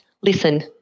listen